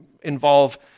involve